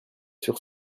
sur